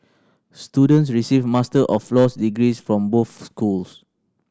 students receive Master of Laws degrees from both schools